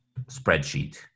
spreadsheet